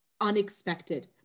unexpected